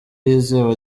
yizewe